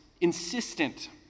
insistent